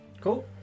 Cool